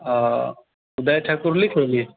आ उदय ठाकुर लिख लेलियै